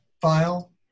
file